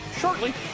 shortly